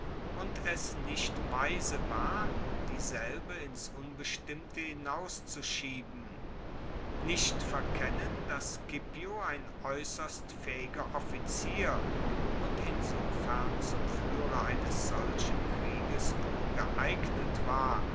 und es nicht weise war dieselbe ins unbestimmte hinauszuschieben nicht verkennen dass scipio ein aeusserst faehiger offizier und insofern zum fuehrer eines solchen krieges wohl geeignet war